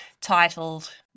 titled